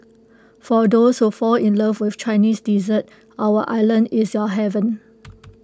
for those who fall in love with Chinese dessert our island is your heaven